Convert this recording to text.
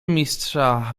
mistrza